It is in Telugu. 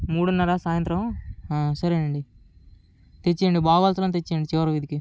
మూడున్నర సాయంత్రం సరే అండి తెచ్చేయండి బావోస్కి తెచ్చేయండి చివరి వీధికి